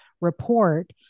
report